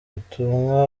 butumwa